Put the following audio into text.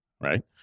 right